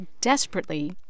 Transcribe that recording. desperately